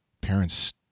parents